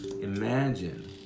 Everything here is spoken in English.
imagine